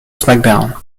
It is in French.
smackdown